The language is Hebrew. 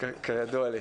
כידוע לי.